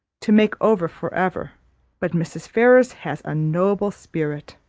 to make over for ever but mrs. ferrars has a noble spirit.